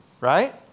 right